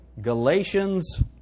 Galatians